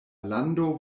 lando